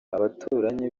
abaturanyi